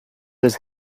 was